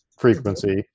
frequency